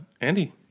Andy